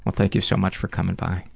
ah thank you so much for coming by.